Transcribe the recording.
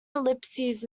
ellipses